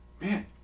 man